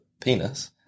penis